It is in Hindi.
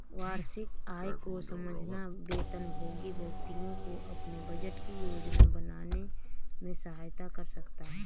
वार्षिक आय को समझना वेतनभोगी व्यक्तियों को अपने बजट की योजना बनाने में सहायता कर सकता है